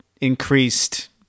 increased